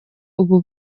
ubu